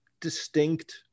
distinct